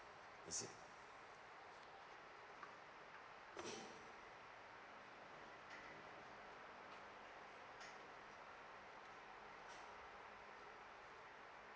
is it